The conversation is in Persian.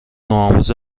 نوآموز